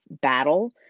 battle